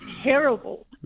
terrible